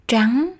Trắng